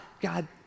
God